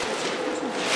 חקיקה),